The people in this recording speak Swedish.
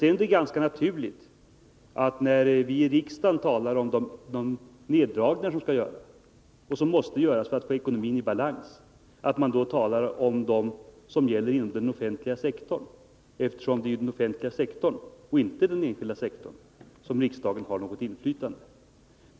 Det är ganska naturligt att vi, när vi i riksdagen talar om de neddragningar som skall göras, och som måste göras för att vi skall få ekonomin i balans, avser neddragningar inom den offentliga sektorn. Det är ju över den — och inte över den enskilda sektorn — som riksdagen främst har inflytande.